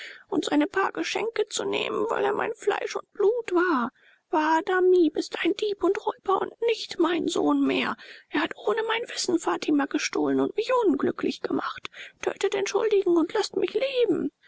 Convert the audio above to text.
und seine paar geschenke zu nehmen weil er mein fleisch und blut war wahadamib ist ein dieb und räuber und nicht mein sohn mehr er hat ohne mein wissen fatima gestohlen und mich unglücklich gemacht tötet den schuldigen und laßt mich leben